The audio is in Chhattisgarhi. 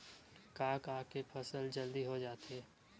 का का के फसल जल्दी हो जाथे?